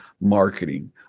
marketing